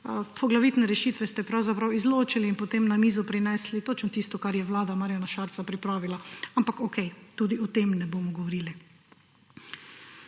Poglavitne rešitve ste pravzaprav izločili in potem na mizo prinesli točo tisto, kar je vlada Marjana Šarca pripravila. Ampak okej, tudi o tem ne bomo govorili.